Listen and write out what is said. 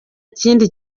kindi